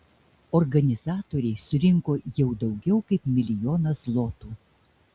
organizatoriai surinko jau daugiau kaip milijoną zlotų